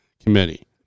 committee